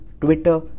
Twitter